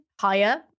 higher